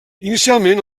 inicialment